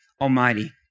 Almighty